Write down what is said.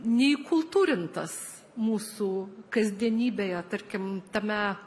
neįkultūrintas mūsų kasdienybėje tarkim tame